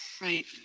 Right